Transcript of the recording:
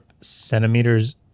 centimeters